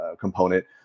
component